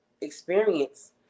experience